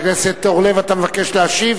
חבר הכנסת אורלב, אתה מבקש להשיב?